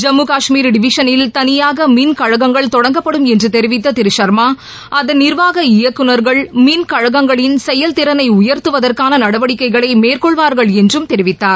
ஜம்மு காஷ்மீர் டிவிஷனில் தனியாக மின்கழகங்கள் தொடங்கப்படும் என்று தெரிவித்த திரு சர்மா அதன் நிர்வாக இயக்குநர்கள் மின்கழகங்களின் செயல்திறனை உயர்த்துவதற்கான நடவடிக்கைகளை மேற்கொள்வார்கள் என்றும் தெரிவித்தார்